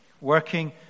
working